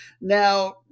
Now